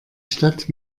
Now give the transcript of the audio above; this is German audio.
stadt